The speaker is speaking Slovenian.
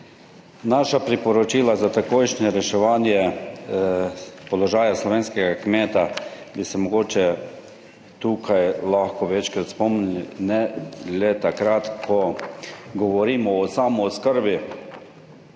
Naša priporočila za takojšnje reševanje položaja slovenskega kmeta bi se mogoče tukaj lahko večkrat spomnili, ne le takrat, ko govorimo o samooskrbi,